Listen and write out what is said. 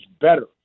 better